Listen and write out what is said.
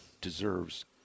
deserves